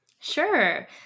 Sure